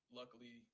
Luckily